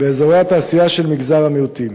באזורי התעשייה של מגזר המיעוטים.